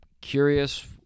curious